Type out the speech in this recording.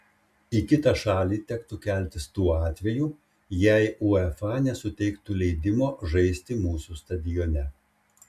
į kitą šalį tektų keltis tuo atveju jei uefa nesuteiktų leidimo žaisti mūsų stadione